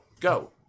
go